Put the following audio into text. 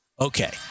Okay